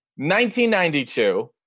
1992